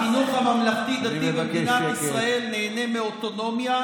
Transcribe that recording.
החינוך הממלכתי-דתי במדינת ישראל נהנה מאוטונומיה,